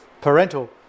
parental